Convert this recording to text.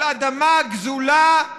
על אדמה גזולה,